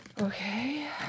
okay